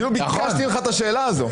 כאילו ביקשתי ממך את השאלה הזאת.